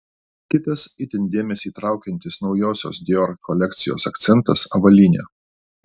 kitas itin dėmesį traukiantis naujosios dior kolekcijos akcentas avalynė